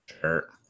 sure